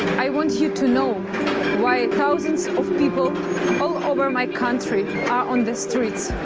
i want you to know why thousands of people all over my country are on the streets.